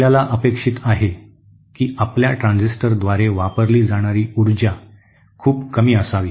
आपल्याला अपेक्षित आहे की आपल्या ट्रान्झिस्टरद्वारे वापरली जाणारी एकूण ऊर्जा खूप कमी असावी